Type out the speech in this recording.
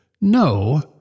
No